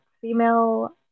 female